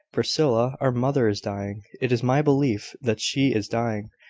priscilla, our mother is dying it is my belief that she is dying.